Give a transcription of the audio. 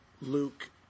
Luke